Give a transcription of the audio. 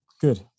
good